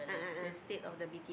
a'ah a'ah